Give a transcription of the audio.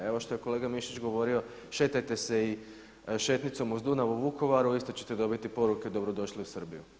Evo što je kolega Mišić govorio, šetajte se i šetnicom uz Dunav u Vukovaru isto ćete dobiti poruke dobro došli u Srbiju.